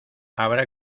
habrá